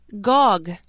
Gog